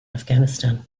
afghanistan